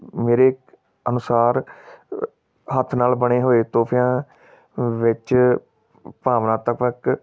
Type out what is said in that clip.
ਮੇਰੇ ਅਨੁਸਾਰ ਹੱਥ ਨਾਲ਼ ਬਣੇ ਹੋਏ ਤੋਹਫ਼ਿਆਂ ਵਿੱਚ ਭਾਵਨਾਤਮਕ